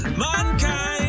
mankind